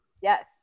Yes